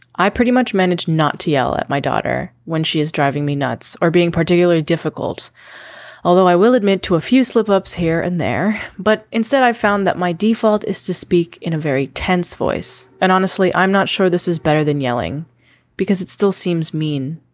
i pretty much managed not to yell at my daughter when she is driving me nuts or being particularly difficult although i will admit to a few slip ups here and there but instead i found that my default is to speak in a very tense voice and honestly i'm not sure this is better than yelling because it still seems mean.